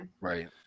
right